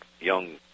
young